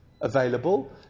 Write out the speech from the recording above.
available